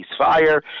ceasefire